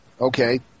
Okay